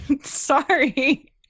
Sorry